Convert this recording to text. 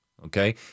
Okay